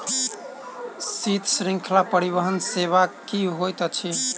शीत श्रृंखला परिवहन सेवा की होइत अछि?